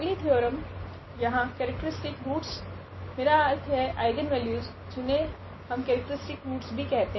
अगली थ्योरम यहाँ characteristic roots मेरा अर्थ है आइगनवेल्यूस जिनहे हम केरेक्ट्रीस्टिक रूट्स भी कहते है